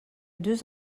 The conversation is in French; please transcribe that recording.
deux